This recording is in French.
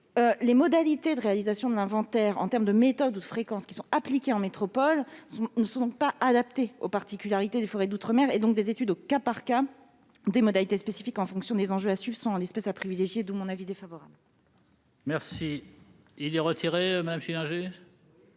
Les modalités de réalisation de l'inventaire en termes de méthodes ou de fréquences qui sont appliquées en métropole ne sont pas adaptées aux particularités des forêts d'outre-mer. Des études au cas par cas, des modalités spécifiques en fonction des enjeux à suivre sont, en l'espèce, à privilégier, d'où mon avis défavorable. Madame Schillinger,